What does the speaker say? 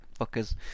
fuckers